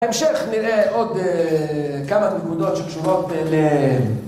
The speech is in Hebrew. להמשך נראה עוד כמה נקודות שקשורות ל...